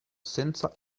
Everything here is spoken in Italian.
senza